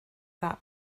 that